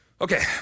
Okay